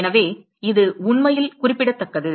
எனவே இது உண்மையில் குறிப்பிடத்தக்கது